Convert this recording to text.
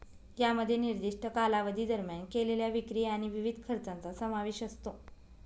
यामध्ये निर्दिष्ट कालावधी दरम्यान केलेल्या विक्री आणि विविध खर्चांचा समावेश असतो